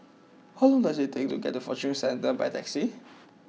how long does it take to get to Fortune Centre by taxi